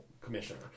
commissioner